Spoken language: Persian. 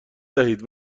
دهید